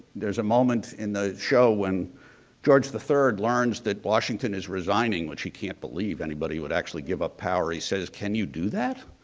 there's a moment in the show when george the third learns that washington is resigning, which he can't believe anybody would actually give up power. he says, can you do that?